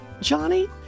Johnny